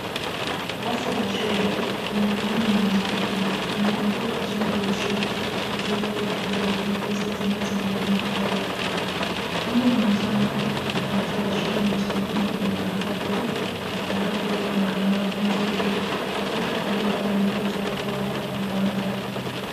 Basi la shule lenye rangi ya manjano, linaandikwa jina la shule juu yake kwa herufi nyeusi, zinazoonekana kwa urahisi .Rangi ya manjano ya basi la shule ni chaguo la kimkakati kwa sababu ya uonekano wake mzuri, katika hali mbali mbali za hewa na mwanga.